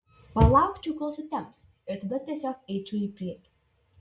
palaukčiau kol sutems ir tada tiesiog eičiau į priekį